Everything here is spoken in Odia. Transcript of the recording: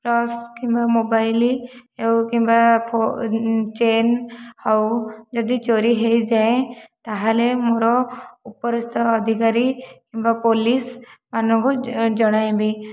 ପର୍ସ କିମ୍ବା ମୋବାଇଲ କିମ୍ବା ଫୋନ ଚେନ ଆଉ ଯଦି ଚୋରି ହୋଇଯାଏ ତା'ହେଲେ ମୋ'ର ଉପରିସ୍ଥ ଅଧିକାରୀ କିମ୍ବା ପୋଲିସମାନଙ୍କୁ ଜଣାଇବି